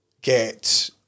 get